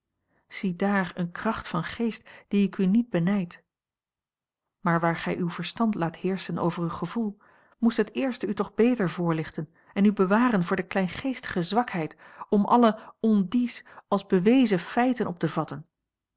ziedaar eene kracht van geest die ik u niet benijd maar waar gij uw verstand laat heerschen over uw gevoel moest het eerste u toch beter voorlichten en u bewaren voor de kleingeestige zwakheid om alle on dits als bewezen feiten op te vatten